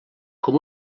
com